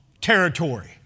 territory